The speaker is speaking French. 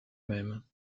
mêmes